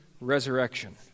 resurrection